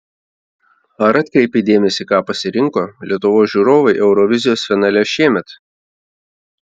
ar atkreipei dėmesį ką pasirinko lietuvos žiūrovai eurovizijos finale šiemet